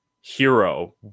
hero